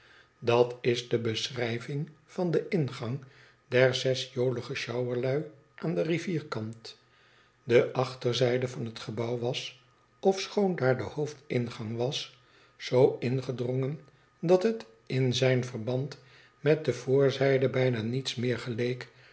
dat is de beschrijving van den ingang der zes jolige sjouwerlui aan den rivierkant de achterzijde van het gebouw was ofschoon daar de hoofdingang was zoo ingedrongen dat het in zijn verband met de voorzijde bijna niets meer geleek